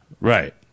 Right